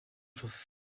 prof